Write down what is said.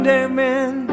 amen